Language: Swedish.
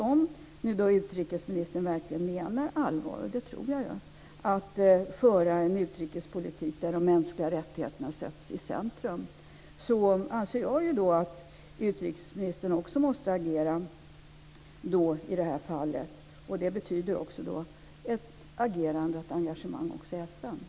Om nu utrikesministern menar allvar, och det tror jag, med att föra en utrikespolitik där de mänskliga rättigheterna sätts i centrum, anser jag att utrikesministern måste agera i det här fallet. Det betyder ett agerande och engagemang också i FN.